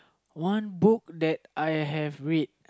one book that I have read